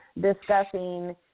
discussing